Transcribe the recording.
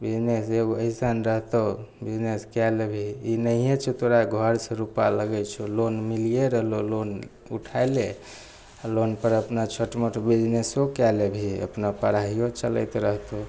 business एगो अइसन रहतौ बिजनेस कए लेबहि ई नहिये छौ तोरा घरसँ रूपा लगय छौ लोन मिलिये रहलौ लोन उठा ले आओर लोनपर अपना छोट मोट बिजनेसो कए लेबही अपना पढ़ाइयो चलैत रहतौ